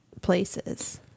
places